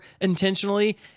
intentionally